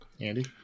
Andy